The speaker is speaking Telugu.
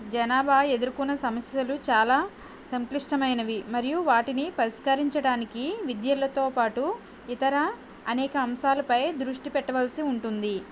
జనాభా ఎదురుకునే సమస్యలు చాలా సంక్లిష్టమైనవి మరియు వాటిని పరిష్కరించడానికి విద్యలతో పాటు ఇతర అనేక అంశాలపై దృష్టిపెట్టాల్సి ఉంటుంది